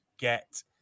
get